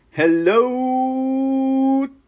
Hello